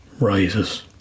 rises